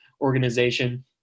organization